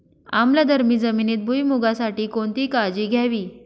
आम्लधर्मी जमिनीत भुईमूगासाठी कोणती काळजी घ्यावी?